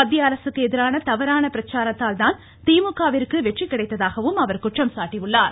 மத்திய அரசுக்கு எதிரான தவறான பிரச்சாரத்தால்தான் திமுகவிற்கு வெற்றி கிடைத்ததாகவும் அவர் குற்றம் சாட்டியுள்ளார்